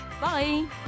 Bye